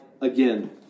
again